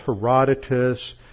Herodotus